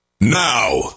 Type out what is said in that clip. now